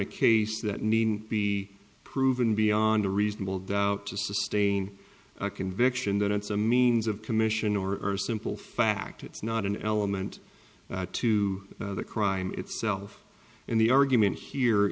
a case that needn't be proven beyond a reasonable doubt to sustain a conviction that it's a means of commission or simple fact it's not an element to the crime itself and the argument here